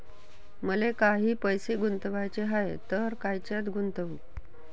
मले काही पैसे गुंतवाचे हाय तर कायच्यात गुंतवू?